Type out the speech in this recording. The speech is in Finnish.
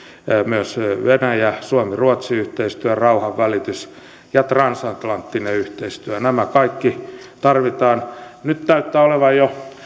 myös venäjä yhteistyö suomi ruotsi yhteistyö rauhanvälitys ja transatlanttinen yhteistyö nämä kaikki tarvitaan nyt näyttää olevan jo